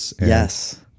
Yes